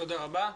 תודה רבה.